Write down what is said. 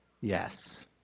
Yes